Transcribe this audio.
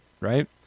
right